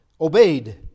obeyed